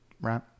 right